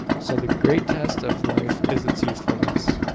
so the great test of life is its usefulness.